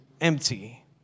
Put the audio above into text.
empty